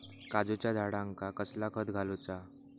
काजूच्या झाडांका कसला खत घालूचा?